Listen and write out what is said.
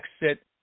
exit